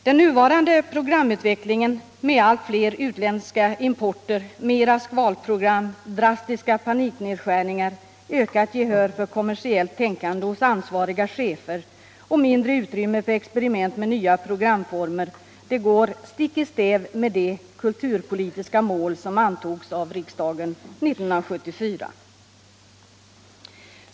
Den nuvarande programutvecklingen mot allt fler utländska importer, mera skvalprogram, drastiska paniknedskärningar, ökat gehör för kommersiellt tänkande hos ansvariga chefer och mindre utrymme för experiment med nya programformer går stick i stäv med den kulturpolitiska målsättning som antogs av riksdagen 1974.